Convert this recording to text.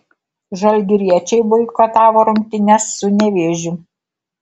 žalgiriečiai boikotavo rungtynes su nevėžiu